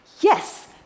Yes